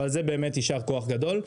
ועל זה יישר כוח גדול.